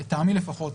לטעמי לפחות,